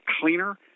cleaner